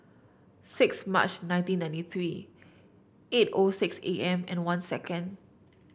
six March nineteen ninety three eight O six A M and one second